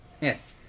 Yes